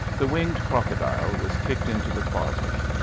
the winged crocodile was kicked into the closet,